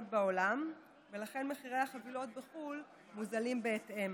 בעולם ולכן מחירי החבילות בחו"ל מוזלים בהתאם.